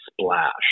Splash